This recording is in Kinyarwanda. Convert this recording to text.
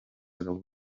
abagabo